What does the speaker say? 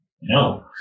No